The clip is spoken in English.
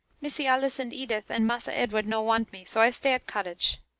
missy alice and edith and massa edward no want me, so i stay at cottage.